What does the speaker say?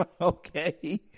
Okay